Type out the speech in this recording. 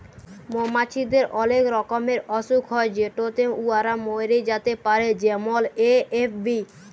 মমাছিদের অলেক রকমের অসুখ হ্যয় যেটতে উয়ারা ম্যইরে যাতে পারে যেমল এ.এফ.বি